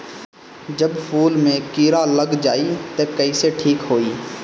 जब फूल मे किरा लग जाई त कइसे ठिक होई?